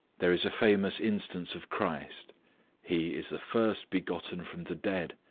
there is a famous instance of christ he is the first-begotten from the dead,